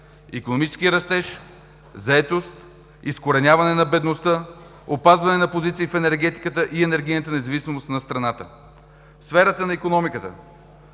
икономически растеж, заетост, изкореняване на бедността, опазване на позиции в енергетиката и енергийната независимост на страната. В сферата на икономиката